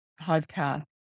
podcast